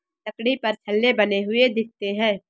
लकड़ी पर छल्ले बने हुए दिखते हैं